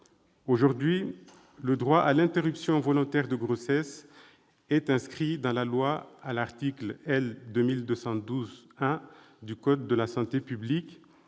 Aujourd'hui, le droit à l'interruption volontaire de grossesse est inscrit dans la loi à l'article L. 2212-1 du code de la santé publique